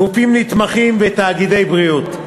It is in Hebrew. גופים נתמכים ותאגידי בריאות.